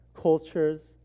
cultures